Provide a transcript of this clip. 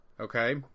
Okay